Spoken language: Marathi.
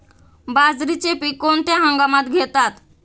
बाजरीचे पीक कोणत्या हंगामात घेतात?